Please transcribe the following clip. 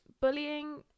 bullying